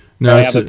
No